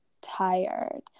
tired